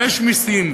יש מסים,